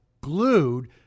glued